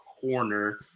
corner